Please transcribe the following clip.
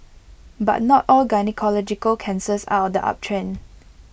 but not all gynaecological cancers are on the uptrend